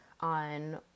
on